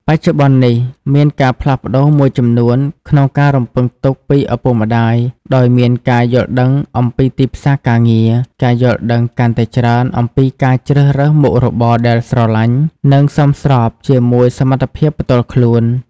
បច្ចុប្បន្ននេះ មានការផ្លាស់ប្តូរមួយចំនួនក្នុងការរំពឹងទុកពីឪពុកម្ដាយដោយមានការយល់ដឹងអំពីទីផ្សារការងារ ការយល់ដឹងកាន់តែច្រើនអំពីការជ្រើសរើសមុខរបរដែលស្រលាញ់ និងសមស្របជាមួយសមត្ថភាពផ្ទាល់ខ្លួន។